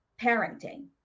parenting